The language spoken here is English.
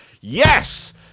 Yes